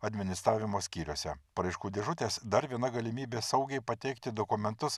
administravimo skyriuose paraiškų dėžutės dar viena galimybė saugiai pateikti dokumentus